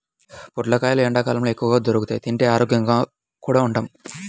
పొట్లకాయలు ఎండ్లకాలంలో ఎక్కువగా దొరుకుతియ్, తింటే ఆరోగ్యంగా కూడా ఉంటాం